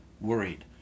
worried